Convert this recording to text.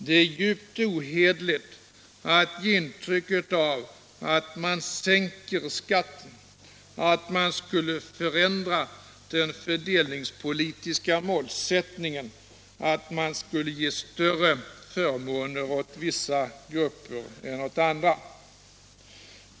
Det är djupt ohederligt att ge intryck av att man sänker skatten, att man skulle förändra den fördelningspolitiska målsättningen, att man skulle ge större förmåner åt vissa grupper än åt andra.